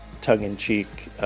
tongue-in-cheek